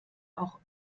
auch